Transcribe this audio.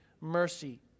mercy